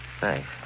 Thanks